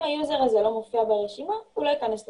אם היוזר לא מופיע ברשימה הוא לא ייכנס לשיעור.